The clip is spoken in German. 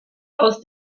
aus